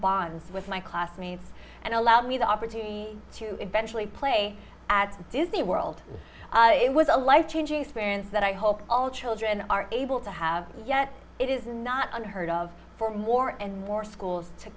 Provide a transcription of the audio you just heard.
bonds with my classmates and allowed me the opportunity to eventually play at disney world it was a life changing experience that i hope all children are able to have yet it is not unheard of for more and more schools to